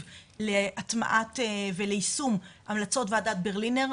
להטמעה וליישום המלצות וועדת ברלינר,